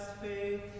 faith